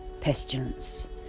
pestilence